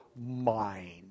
mind